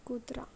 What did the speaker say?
कुत्रा